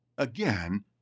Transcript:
Again